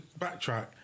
backtrack